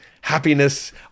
happiness